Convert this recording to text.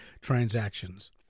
transactions